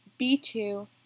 B2